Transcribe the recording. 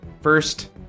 First